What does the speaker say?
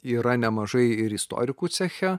yra nemažai ir istorikų ceche